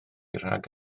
rhag